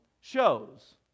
shows